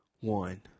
one